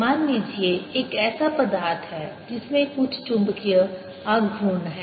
मान लीजिए एक ऐसा पदार्थ है जिसमें कुछ चुंबकीय आघूर्ण है